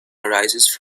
arises